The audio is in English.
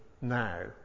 now